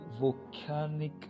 volcanic